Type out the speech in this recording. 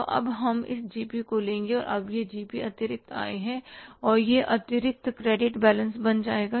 तो अब हम इस GP को ले लेंगे अब यह GP अतिरिक्त आय है और यह अतिरिक्त क्रेडिट बैलेंस बन जाएगा